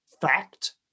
fact